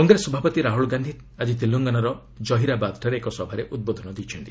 କଂଗ୍ରେସ ସଭାପତି ରାହୁଲ ଗାନ୍ଧୀ ଆଜି ଡେଲେଙ୍ଗାନାର ଜହିବାଦଠାରେ ଏକ ସଭାରେ ଉଦ୍ବୋଧନ ଦେଇଛନ୍ତି